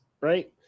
Right